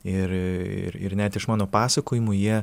ir ir ir net iš mano pasakojimų jie